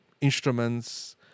instruments